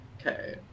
okay